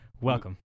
welcome